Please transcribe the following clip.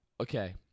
Okay